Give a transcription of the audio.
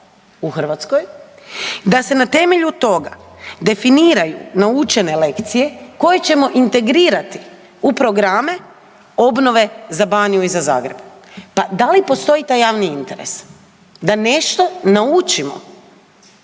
u Hrvatskoj, da se na temelju toga definiraju naučene lekcije koje ćemo integrirati u programe obnove za Baniju i za Zagreb? Pa da li postoji taj javni interes? Da nešto naučimo